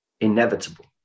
inevitable